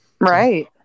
Right